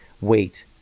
wait